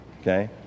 Okay